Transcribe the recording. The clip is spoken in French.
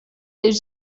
est